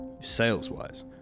sales-wise